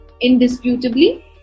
Indisputably